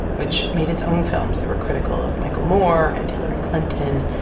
which made its own films that were critical of michael moore and hillary clinton.